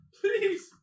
Please